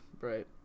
right